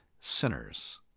sinners